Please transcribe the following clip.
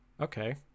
okay